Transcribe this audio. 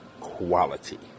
quality